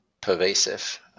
pervasive